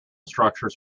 structures